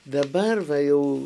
dabar va jau